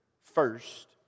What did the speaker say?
first